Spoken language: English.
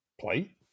Play